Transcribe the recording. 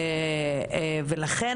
ולכן,